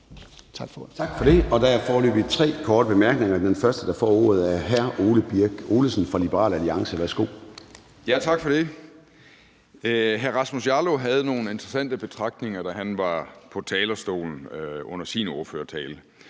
Tak for det. Der er foreløbig tre korte bemærkninger. Den første, der får ordet, er hr. Ole Birk Olesen fra Liberal Alliance. Værsgo. Kl. 13:13 Ole Birk Olesen (LA): Hr. Rasmus Jarlov havde nogle interessante betragtninger, da han var på talerstolen under sin ordførertale,